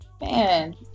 Man